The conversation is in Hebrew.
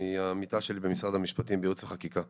מעמיתה שלי במשרד המשפטים בייעוץ וחקיקה.